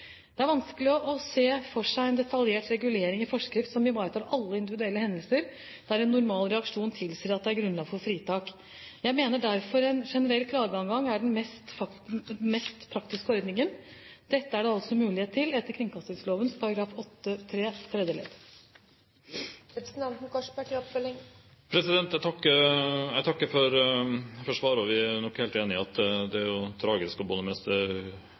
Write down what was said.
Det er vanskelig å se for seg en detaljert regulering i forskrift som ivaretar alle individuelle hendelser der en normal reaksjon tilsier at det er grunnlag for fritak. Jeg mener derfor at en generell klageadgang er den mest praktiske ordningen. Dette er det altså mulighet til etter kringkastingsloven § 8-3 tredje ledd. Jeg takker for svaret. Vi er nok helt enige om at det er tragisk å miste både hus og